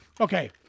Okay